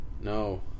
No